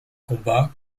combat